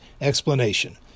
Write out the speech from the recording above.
explanation